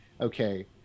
okay